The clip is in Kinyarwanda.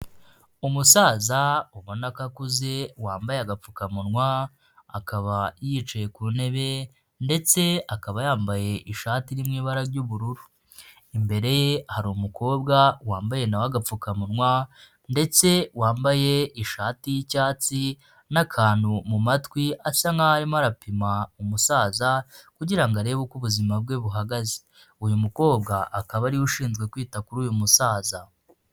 Umusaza ubona ko akuze wambaye agapfukamunwa, akaba yicaye ku ntebe ndetse akaba yambaye ishati iri mu ibara ry'ubururu, imbere ye hari umukobwa wambaye na we agapfukamunwa, ndetse wambaye ishati y'icyatsi n'akantu mu matwi asa nk'aho arimo arapima umusaza kugira ngo arebe uko ubuzima bwe buhagaze, uyu mukobwa akaba ari we ushinzwe kwita kuri uyu musaza.